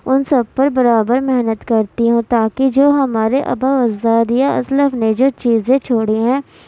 ان سب پر برابر محنت كرتی ہوں تاکہ جو ہمارے آبا و اجداد یا اسلاف نے جو چیزیں چھوڑی ہیں